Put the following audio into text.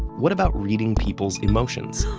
what about reading people's emotions?